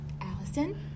Allison